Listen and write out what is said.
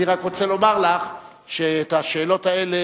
אני רק רוצה לומר לך שאת השאלות האלה